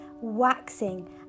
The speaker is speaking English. waxing